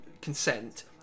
consent